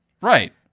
Right